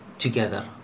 Together